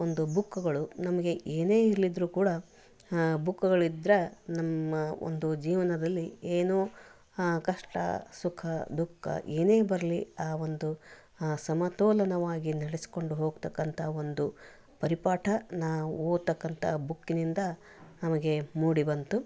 ಒಂದು ಬುಕ್ಗಳು ನಮಗೆ ಏನೇ ಇರಲಿದ್ರು ಕೂಡ ಬುಕ್ಗಳಿದ್ದರೆ ನಮ್ಮ ಒಂದು ಜೀವನದಲ್ಲಿ ಏನು ಕಷ್ಟ ಸುಖ ದುಃಖ ಏನೇ ಬರಲಿ ಒಂದು ಸಮತೋಲನವಾಗಿ ನಡೆಸ್ಕೊಂಡು ಹೋಗತಕ್ಕಂತಹ ಒಂದು ಪರಿಪಾಠ ನಾವು ಓದತಕ್ಕಂಥ ಬುಕ್ಕಿನಿಂದ ನಮಗೆ ಮೂಡಿ ಬಂತು